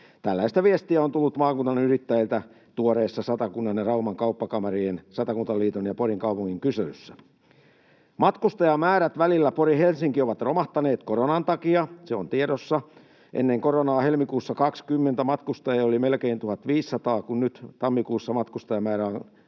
Tällaista viestiä on tullut maakunnan yrittäjiltä tuoreissa Satakunnan ja Rauman kauppakamarien, Satakuntaliiton ja Porin kaupungin kyselyssä. Matkustajamäärät välillä Pori—Helsinki ovat romahtaneet koronan takia, se on tiedossa. Ennen koronaa helmikuussa 20 matkustajia oli melkein 1 500, kun nyt tammikuussa matkustajamäärä on 287.